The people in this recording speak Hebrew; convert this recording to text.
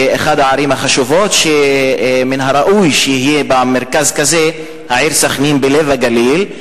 אחת הערים החשובות שמן הראוי שיהיה בה מרכז כזה: העיר סח'נין בלב הגליל,